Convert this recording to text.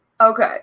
Okay